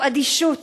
הוא אדישות.